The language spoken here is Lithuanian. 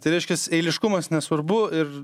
tai reiškias eiliškumas nesvarbu ir